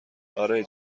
آره